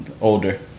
Older